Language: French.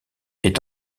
est